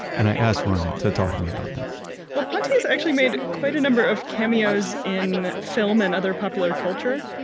and i asked ryan to talk to me about that well, ponte has actually made quite a number of cameos in film and other popular culture.